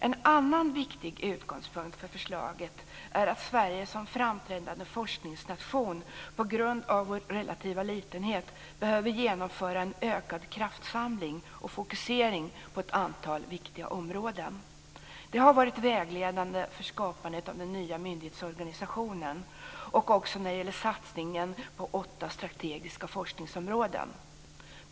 En annan viktig utgångspunkt för förslaget är att Sverige som framträdande forskningsnation, på grund av vår relativa litenhet, behöver genomföra en ökad kraftsamling och fokusering på ett antal viktiga områden. Det har varit vägledande för skapandet av den nya myndighetsorganisationen och också för satsningen på åtta strategiska forskningsområden.